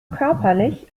körperlich